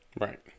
Right